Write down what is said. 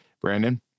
brandon